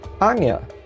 Anya